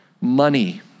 Money